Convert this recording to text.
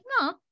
no